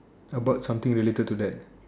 how about something related to that